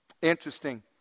Interesting